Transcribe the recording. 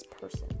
person